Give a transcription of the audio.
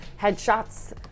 headshots